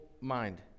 mind